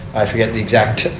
i forget the exact